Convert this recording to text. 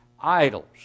idols